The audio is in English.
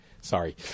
sorry